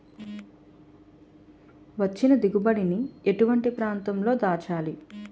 వచ్చిన దిగుబడి ని ఎటువంటి ప్రాంతం లో దాచాలి?